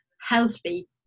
healthy